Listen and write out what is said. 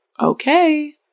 okay